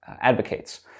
advocates